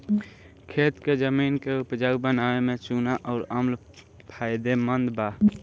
खेत के जमीन के उपजाऊ बनावे में चूना अउर अम्ल फायदेमंद बा